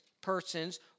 persons